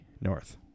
North